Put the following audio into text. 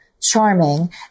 Charming